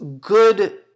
good